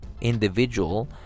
individual